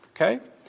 Okay